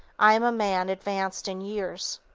i am a man advanced in years.